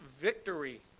victory